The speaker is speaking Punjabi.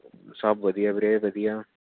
ਸਭ ਵਧੀਆ ਵੀਰੇ ਵਧੀਆ